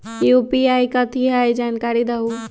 UPI कथी है? जानकारी दहु